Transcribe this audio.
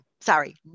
sorry